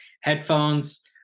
headphones